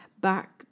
back